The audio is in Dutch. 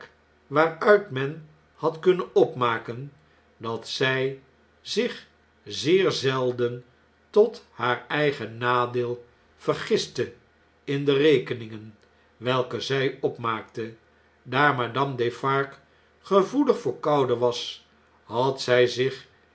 waaruit men had kunnen opmaken dat zij zich zeer zelden tot haar eigen nadeel vergiste in de rekeningen welke zjj opmaakte daar madame defarge gevoelig voor koude was had zjj zich